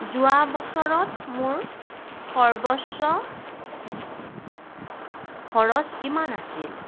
যোৱা বছৰত মোৰ সৰ্বস্ব খৰচ কিমান আছিল